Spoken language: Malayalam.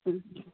ഉം